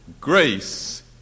Grace